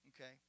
Okay